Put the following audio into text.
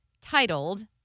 titled